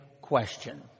question